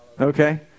Okay